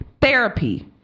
therapy